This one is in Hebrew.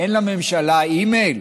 אין לממשלה אימייל?